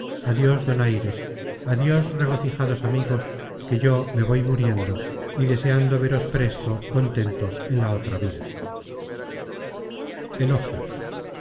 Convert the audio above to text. gracias adios donaires adios regocijados amigos que yo me voy muriendo y deseando veros presto contentos en la otra vida